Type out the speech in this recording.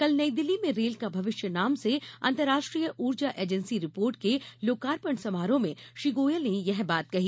कल नई दिल्ली में रेल का भविष्य नाम से अंतर्राष्ट्रीय ऊर्जा एजेंसी रिपोर्ट के लोकार्पण समारोह में श्री गोयल ने यह बात कही